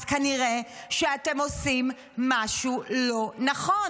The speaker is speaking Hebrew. אז כנראה שאתם עושים משהו לא נכון.